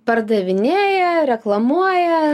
pardavinėja reklamuoja